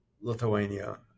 Lithuania